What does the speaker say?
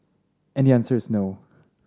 and the answer is no